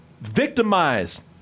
victimized